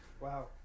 wow